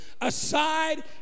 aside